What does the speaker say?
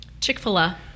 Chick-fil-A